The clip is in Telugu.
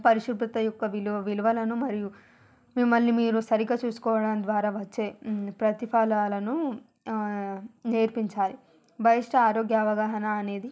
పరిశుభ్రత యొక్క విలువ విలువలను మరియు మిమ్మల్ని మీరు సరిగ్గా చూసుకోవడం ద్వారా వచ్చే ప్రతిఫలాలను నేర్పించాలి బహిష్ట ఆరోగ్య అవగాహన అనేది